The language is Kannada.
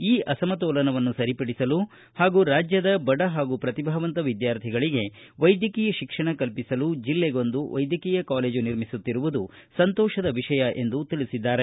ಈ ಅಸಮತೋಲನವನ್ನು ಸರಿಪಡಿಸಲು ಹಾಗೂ ರಾಜ್ಯದ ಬಡ ಹಾಗೂ ಪ್ರತಿಭಾವಂತ ವಿದ್ಯಾರ್ಥಿಗಳಿಗೆ ವೈದ್ಯಕೀಯ ಶಿಕ್ಷಣ ಕಲ್ಪಿಸಲು ಜಿಲ್ಲೆಗೊಂದು ವೈದ್ಯಕೀಯ ಕಾಲೇಜು ನಿರ್ಮಿಸುತ್ತಿರುವುದು ಸಂತೋಷದ ವಿಷಯ ಎಂದು ತಿಳಿಸಿದ್ದಾರೆ